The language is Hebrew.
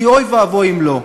כי אוי ואבוי אם לא.